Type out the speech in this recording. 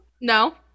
No